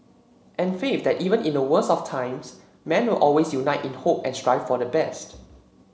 and faith that even in the worst of times man will always unite in hope and strive for the best